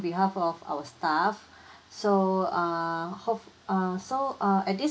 behalf of our staff so err hope uh so uh at this